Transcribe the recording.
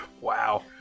Wow